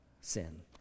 sin